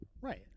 Right